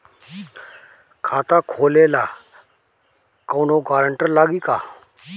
खाता खोले ला कौनो ग्रांटर लागी का?